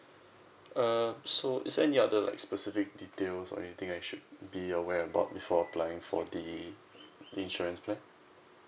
uh so is there any other like specific details or anything I should be aware about before applying for the insurance plan